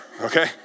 okay